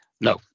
No